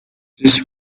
this